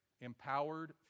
empowered